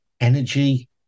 energy